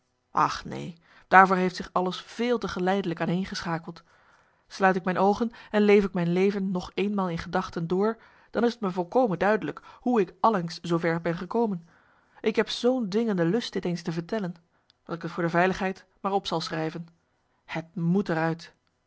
ach neen daarvoor heeft zich alles veel te geleidelijk aaneengeschakeld marcellus emants een nagelaten bekentenis sluit ik mijn oogen en leef ik mijn leven nog eenmaal in gedachten door dan is t me volkomen duidelijk hoe ik allengs zoover ben gekomen ik heb zoo'n dwingende lust dit eens te vertellen dat ik t voor de veiligheid maar op zal schrijven het moet er